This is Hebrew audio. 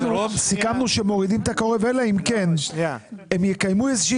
סיכמנו שמורידים את ה-קרוב אלא אם כן הם יקיימו איזושהי